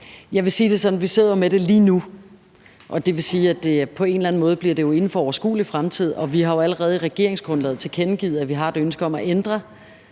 jeg vil sige det sådan, at vi jo sidder med det lige nu, og det vil sige, at det på en eller anden måde bliver inden for en overskuelig fremtid. Vi har allerede i regeringsgrundlaget tilkendegivet, at vi har et ønske om at ændre